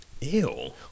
Ew